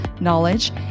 knowledge